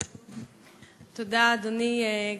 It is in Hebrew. תודה, אדוני.